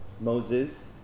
Moses